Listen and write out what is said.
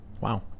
Wow